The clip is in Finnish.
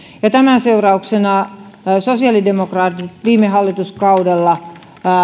tämän seurauksena sosiaalidemokraatit viime hallituskaudella